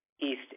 East